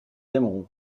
aimeront